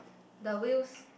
the wheels